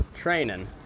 training